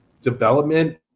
development